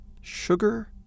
Sugar